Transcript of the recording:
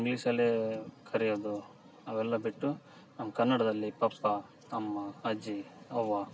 ಇಂಗ್ಲೀಷಲ್ಲೇ ಕರೆಯೋದು ಅವೆಲ್ಲ ಬಿಟ್ಟು ನಮ್ಮ ಕನ್ನಡದಲ್ಲಿ ಪಪ್ಪಾ ಅಮ್ಮ ಅಜ್ಜಿ ಅವ್ವ